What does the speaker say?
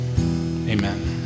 Amen